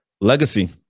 Legacy